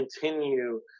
continue